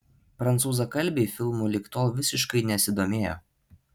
prancūzakalbiai filmu lig tol visiškai nesidomėjo